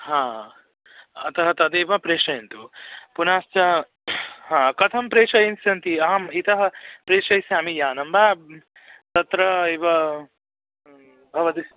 हा अतः तदेव प्रेषयन्तु पुनश्च हा कथं प्रेषयन्तः सन्ति अहम् इतः प्रेषयिष्यामि यानं वा तत्र एव भवतः